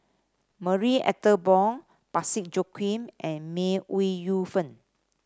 Marie Ethel Bong Parsick Joaquim and May Ooi Yu Fen